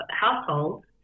households